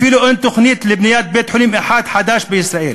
אפילו אין תוכנית לבניית בית-חולים חדש אחד בישראל.